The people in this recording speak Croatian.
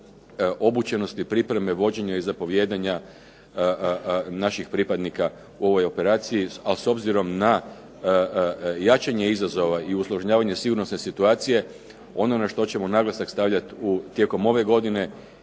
obučenosti, pripreme, vođenja i zapovijedanja naših pripadnika u ovoj operaciji. Ali s obzirom na jačanje izazova i uslužnjavanje sigurnosne situacije ono na što ćemo naglasak stavljati tijekom ove godine